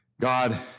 God